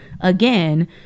Again